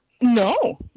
No